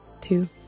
two